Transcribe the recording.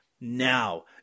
now